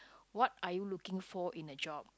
what are you looking for in a job